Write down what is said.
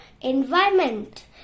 environment